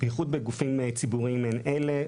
בייחוד בגופים ציבורים מעין אלה.